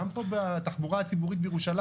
גם פה בתחבורה הציבורית בירושלים.